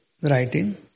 writing